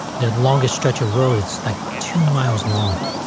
the longest stretch of road, it's like two miles long.